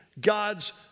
God's